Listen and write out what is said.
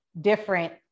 different